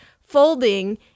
folding